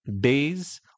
days